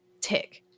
tick